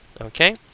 Okay